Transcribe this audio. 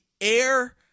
air